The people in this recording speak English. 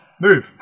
Move